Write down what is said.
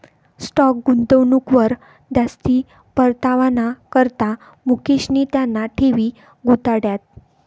stock गुंतवणूकवर जास्ती परतावाना करता मुकेशनी त्याना ठेवी गुताड्यात